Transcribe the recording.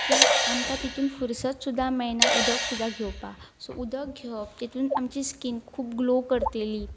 की आमकां तितून फुरसत सुद्दां मेळना उदक सुद्दा घेवपा सो उदक घेवप जितून आमची स्कीन खूब ग्लो करतलेली